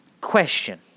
Question